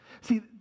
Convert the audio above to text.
See